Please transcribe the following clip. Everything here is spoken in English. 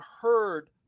heard